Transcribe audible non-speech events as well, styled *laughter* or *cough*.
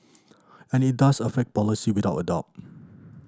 *noise* and it does affect policy without a doubt *noise*